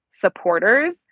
supporters